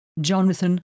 Jonathan